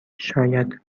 شاید